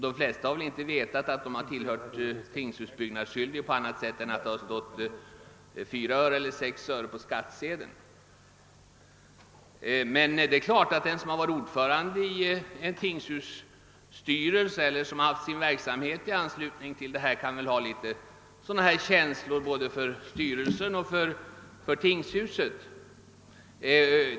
De flesta har väl inte känt till att de tillhört tingshusbyggnadsskyldige annat än möjligen genom uppgiften på skattsedlarna att 4 eller 6 öre går till detta ändamål. Självfallet kan den som varit ordförande i en tingshusstyrelse eller på annat sätt har varit verksam i detta sammanhang ha en viss känsla både för styrelsen och för tingshuset.